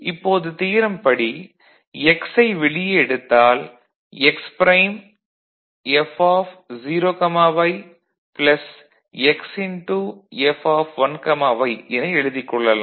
இப்போது தியரம் படி 'x' ஐ வெளியே எடுத்தால் x prime F0y x F1y என எழுதிக் கொள்ளலாம்